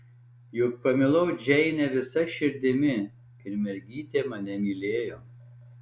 juk pamilau džeinę visa širdimi ir mergytė mane mylėjo